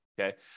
Okay